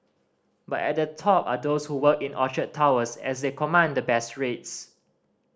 but at the top are those who work in Orchard Towers as they command the best rates